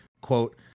quote